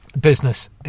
business